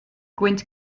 gwynt